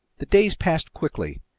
the days passed quickly,